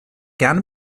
gern